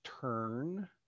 turn